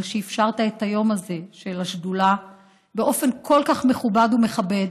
על שאפשרת את היום הזה של השדולה באופן כל כך מכובד ומכבד.